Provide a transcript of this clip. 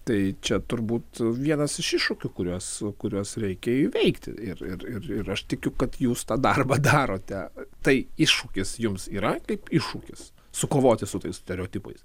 tai čia turbūt vienas iš iššūkių kuriuos kuriuos reikia įveikti ir ir ir ir aš tikiu kad jūs tą darbą darote tai iššūkis jums yra kaip iššūkis sukovoti su tais stereotipais